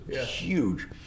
huge